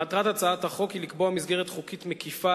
מטרת הצעת החוק היא לקבוע מסגרת חוקית מקיפה